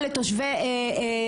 יש תקווה לתושבי באר שבע,